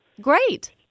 Great